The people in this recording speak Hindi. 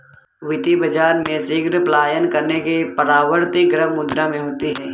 वित्तीय बाजार में शीघ्र पलायन करने की प्रवृत्ति गर्म मुद्रा में होती है